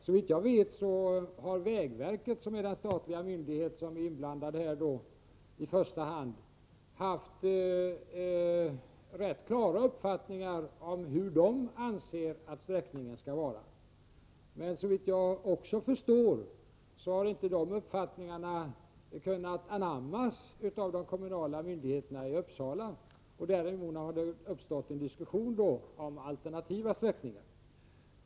Såvitt jag vet har vägverket, som är den statliga myndighet som i första hand är inblandad, haft rätt klara uppfattningar om hur verket anser att sträckningen skall vara. Men såvitt jag också förstår har inte de uppfattningarna kunnat anammas av de kommunala myndigheterna i Uppsala. Därigenom har det uppstått en diskussion om alternativa sträckningar.